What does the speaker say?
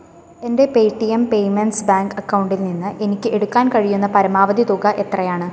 എൻ്റെ Paytm payments bank അക്കൗണ്ടിൽനിന്ന് എനിക്ക് എടുക്കാൻ കഴിയുന്ന പരമാവധി തുക എത്രയാണ്